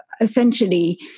Essentially